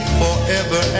forever